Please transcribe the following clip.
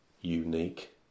unique